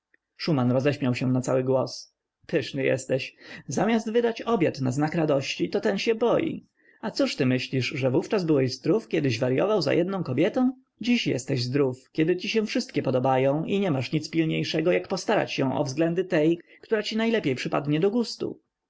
szuman roześmiał się na cały głos pyszny jesteś zamiast wydać obiad na znak radości to ten się boi a cóż ty myślisz że wówczas byłeś zdrów kiedyś waryował za jedną kobietą dziś jesteś zdrów kiedy ci się wszystkie podobają i nie masz nic pilniejszego jak postarać się o względy tej która ci najlepiej przypadnie do gustu